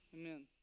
Amen